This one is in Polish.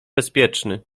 bezpieczny